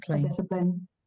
discipline